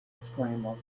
scrambled